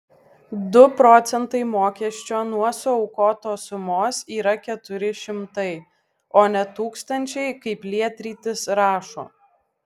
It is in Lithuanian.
du procentai mokesčio nuo suaukotos sumos yra keturi šimtai o ne tūkstančiai kaip lietrytis rašo